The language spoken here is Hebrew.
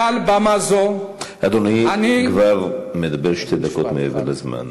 מעל במה זו --- אדוני כבר מדבר שתי דקות מעבר לזמן,